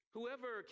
Whoever